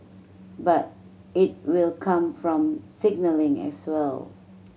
but it will come from signalling as well